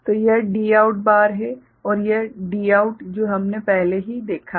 तो यह D out bar है और यह D आउट जो हमने पहले ही देखा है